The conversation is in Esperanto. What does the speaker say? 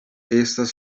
estas